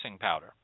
powder